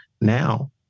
now